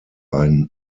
ein